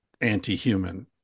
anti-human